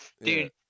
dude